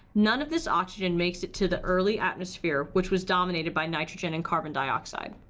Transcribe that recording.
none of this oxygen makes it to the early atmosphere which was dominated by nitrogen and carbon dioxide.